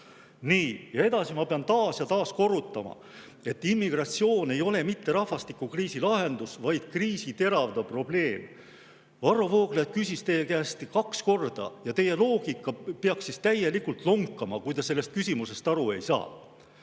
Nii on. Ma pean taas ja taas korrutama, et immigratsioon ei ole rahvastikukriisi lahendus, vaid kriisi teravdav probleem. Varro Vooglaid küsis seda teie käest kaks korda ja teie loogika peab täielikult lonkama, kui te tema küsimusest aru ei saanud.